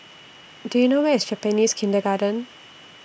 Do YOU know Where IS Japanese Kindergarten